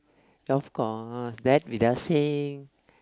of course that we just say